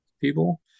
people